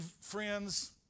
friends